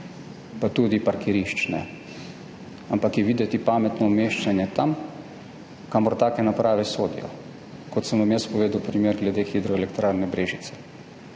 pa tudi parkirišč, ne, ampak je videti pametno umeščanje tja, kamor take naprave sodijo, kot sem vam jaz povedal primer glede Hidroelektrarne Brežice.